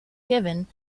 given